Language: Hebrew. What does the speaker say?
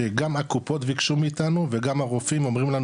שגם הקופות ביקשו מאיתנו וגם הרופאים אומרים לנו,